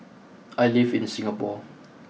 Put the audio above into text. I live in Singapore